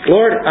Lord